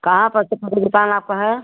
कहाँ पर चप्पल की दुक़ान आपकी है